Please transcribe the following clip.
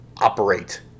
operate